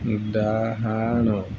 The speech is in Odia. ଡାହାଣ